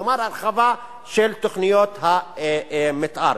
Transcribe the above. כלומר הרחבה של תוכניות המיתאר.